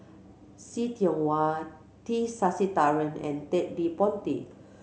See Tiong Wah T Sasitharan and Ted De Ponti